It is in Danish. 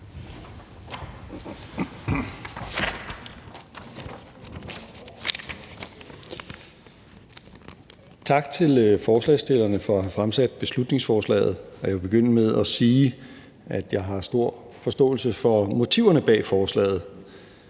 Tak til forslagsstillerne for at have fremsat beslutningsforslaget. Jeg vil begynde med at sige, at jeg har stor forståelse for motiverne bag forslaget.